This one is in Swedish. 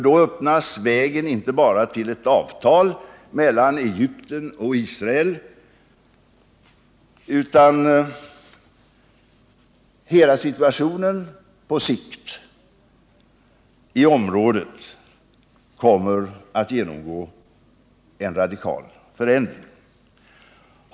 Då öppnas nämligen inte bara vägen till ett avtal mellan Egypten och Israel utan hela situationen på sikt i området kommer att genomgå en radikal förändring.